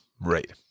Right